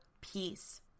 peace